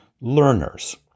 learners